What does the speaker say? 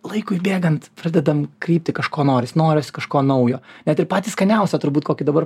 laikui bėgant pradedam kreipti kažko norisi norisi kažko naujo net ir patį skaniausią turbūt kokį dabar